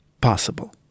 possible